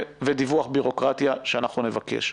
ודיווח ביורוקרטיה שאנחנו נבקש.